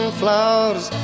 flowers